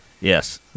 Yes